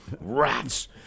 Rats